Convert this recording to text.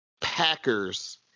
Packers